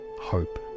hope